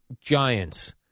Giants